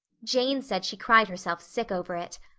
jane said she cried herself sick over it.